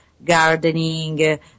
Gardening